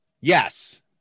Yes